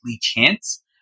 chance